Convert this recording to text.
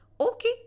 Okay